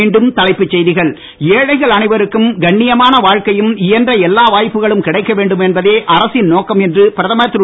மீண்டும் தலைப்புச் செய்திகள் ஏழைகள் அனைவருக்கும் கண்ணியமான வாழ்க்கையும் இயன்ற எல்லா வாய்ப்புகளும் கிடைக்க வேண்டும் என்பதே அரசின் நோக்கம் என்று பிரதமர் திரு